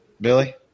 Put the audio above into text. Billy